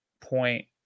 point